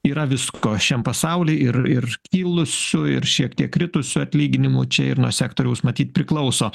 yra visko šiam pasauly ir ir kilusių ir šiek tiek kritusių atlyginimų čia ir nuo sektoriaus matyt priklauso